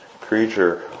creature